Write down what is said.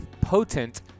potent